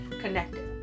connected